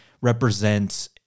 represents